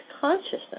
Consciousness